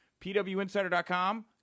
PWInsider.com